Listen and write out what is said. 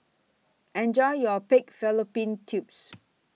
Enjoy your Pig Fallopian Tubes